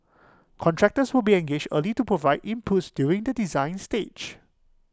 contractors will be engaged early to provide inputs during the design stage